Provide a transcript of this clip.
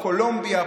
קולומביה,